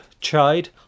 chide